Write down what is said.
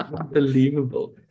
unbelievable